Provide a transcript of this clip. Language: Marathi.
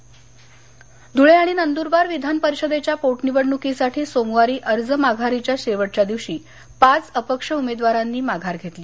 विधान परिषद पोटनिवडणक धूळे आणि नंदूरबार विधान परिषदेच्या पोटनिवडणुकीसाठी सोमवारी अर्ज माघारीच्या शेवटच्या दिवशी पाच अपक्ष उमेदवारांनी माघार घेतली